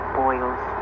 boils